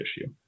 issue